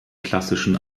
klassischen